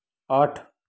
आठ